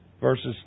verses